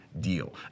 deal